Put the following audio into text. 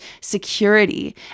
security